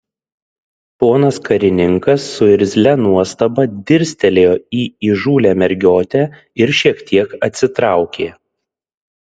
ponas karininkas su irzlia nuostaba dirstelėjo į įžūlią mergiotę ir šiek tiek atsitraukė